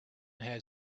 had